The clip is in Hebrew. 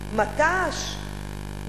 מט"ש,